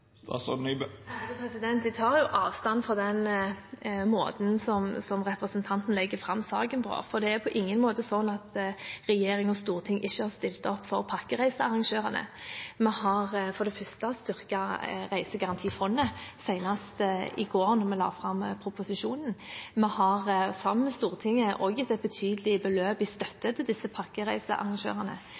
tar avstand fra den måten som representanten legger fram saken på, for det er på ingen måte sånn at regjering og storting ikke har stilt opp for pakkereisearrangørene. Vi har for det første styrket Reisegarantifondet, senest i går da vi la fram proposisjonen. Vi har sammen med Stortinget også gitt et betydelig beløp i støtte til disse pakkereisearrangørene.